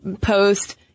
post